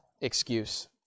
excuse